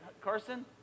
Carson